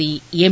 C M